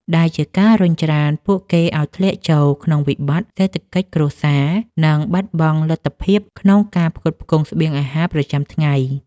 ដែលជាការរុញច្រានពួកគេឱ្យធ្លាក់ចូលក្នុងវិបត្តិសេដ្ឋកិច្ចគ្រួសារ និងបាត់បង់លទ្ធភាពក្នុងការផ្គត់ផ្គង់ស្បៀងអាហារប្រចាំថ្ងៃ។